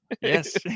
yes